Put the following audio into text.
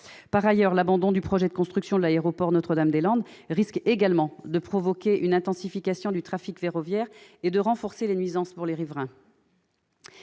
Par ailleurs, l'abandon du projet de construction de l'aéroport Notre-Dame-des-Landes risque également de provoquer une intensification du trafic ferroviaire et de renforcer les nuisances pour les riverains.